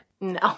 No